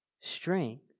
strength